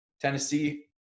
Tennessee